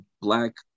Black